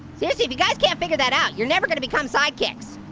seriously, if you guys can't figure that out, you're never going to become sidekicks.